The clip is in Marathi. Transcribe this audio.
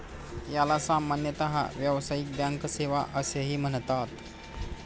याला सामान्यतः व्यावसायिक बँक सेवा असेही म्हणतात